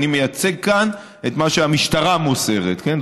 אני מייצג כאן את מה שהמשטרה מוסרת, כן?